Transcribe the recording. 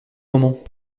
moment